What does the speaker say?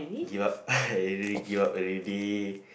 give up I really give up already